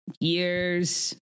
years